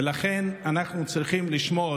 לכן אנחנו צריכים לשמור,